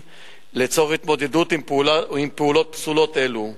לצורך התמודדות עם פעולה או עם פעולות פסולות אלו.